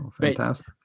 fantastic